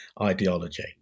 ideology